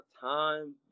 time